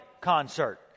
concert